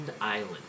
island